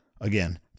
again